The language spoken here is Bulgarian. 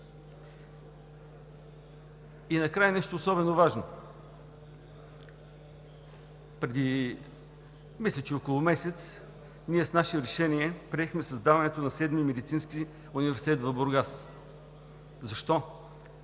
И накрая нещо особено важно. Мисля, че преди около месец ние с наше решение приехме създаването на седми Медицински факултет в Бургас. Защо?